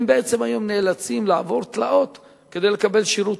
היום הם בעצם נאלצים לעבור תלאות כדי לקבל שירות.